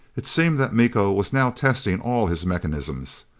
it seemed that miko was now testing all his mechanisms.